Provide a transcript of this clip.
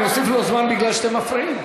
אני מוסיף לו זמן כי אתם מפריעים.